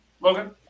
Logan